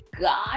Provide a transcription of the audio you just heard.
God